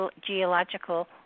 geological